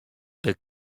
der